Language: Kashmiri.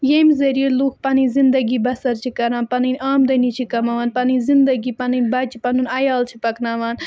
یٔمۍ ذٔریعہِ لُکھ پَنٕنۍ زندگی بَسَر چھِ کَران پَنٕںۍ آمدٔنی چھِ کَماوان پَنٕںۍ زندگی پَنٕنۍ بچہِ پَنُن عیال چھِ پَکناوان